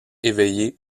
éveillé